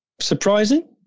surprising